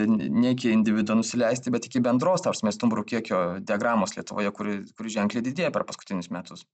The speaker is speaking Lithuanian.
ne iki individo nusileisti bet iki bendros ta prasme stumbrų kiekio diagramos lietuvoje kuri kuri ženkliai didėja per paskutinius metus